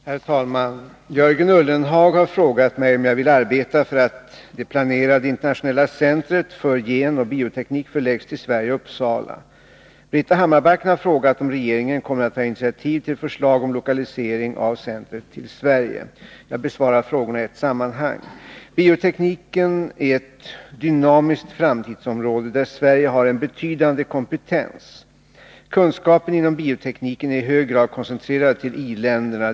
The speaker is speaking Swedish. Herr talman! Jörgen Ullenhag har frågat mig om jag vill arbeta för att det planerade internationella centret för genoch bioteknik förläggs till Sverige och Uppsala. Britta Hammarbacken har frågat om regeringen kommer att ta initiativ till förslag om lokalisering av centret till Sverige. Jag besvarar frågorna i ett sammanhang. Biotekniken är ett dynamiskt framtidsområde, där Sverige har en betydande kompetens. Kunskapen inom biotekniken är i hög grad koncentrerad till i-länderna.